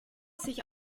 sich